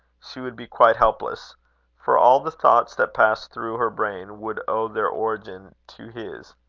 she would be quite helpless for all the thoughts that passed through her brain would owe their origin to his.